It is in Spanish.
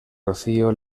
rocío